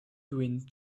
doing